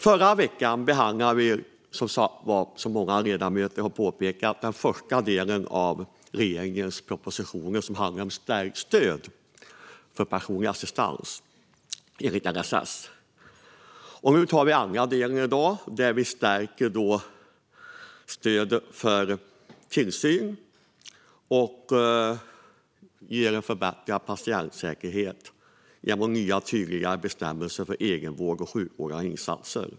Förra veckan behandlade vi, som många ledamöter har påpekat, den första delen av regeringens propositioner om stärkt stöd för personlig assistans enligt LSS. I dag tar vi den andra delen, där stödet för tillsyn stärks och patientsäkerheten förbättras genom nya, tydligare bestämmelser för egenvård och sjukvårdande insatser.